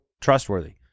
trustworthy